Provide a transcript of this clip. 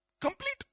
Complete